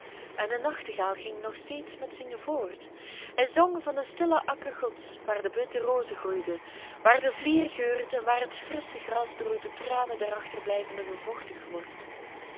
en de nachtegaal ging nog steeds met zingen voort hij zong van den stillen akker gods waar de witte rozen groeien waar de vlier geurt en waar het frissche gras door de tranen der achterblijvenden bevochtigd wordt